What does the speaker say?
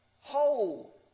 whole